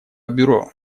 бюро